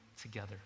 together